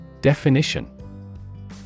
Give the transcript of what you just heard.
Definition